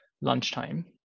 lunchtime